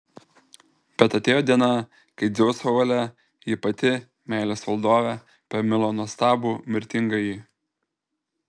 bet atėjo diena kai dzeuso valia ji pati meilės valdovė pamilo nuostabų mirtingąjį